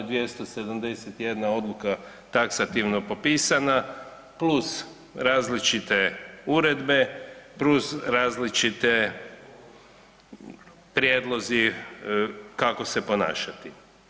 271 odluka taksativno popisana plus različite uredbe, plus različite prijedlozi kako se ponašati.